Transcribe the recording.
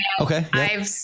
Okay